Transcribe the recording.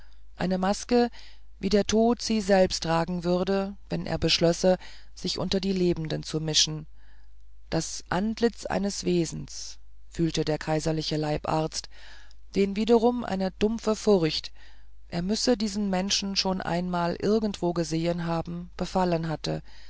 eine maske wie der tod selbst sie tragen würde wenn er beschlösse sich unter die lebenden zu mischen das antlitz eines wesens fühlte der kaiserliche leibarzt den wiederum eine dumpfe furcht er müsse diesen menschen schon einmal irgendwo gesehen haben befallen hatte